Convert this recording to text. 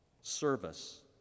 service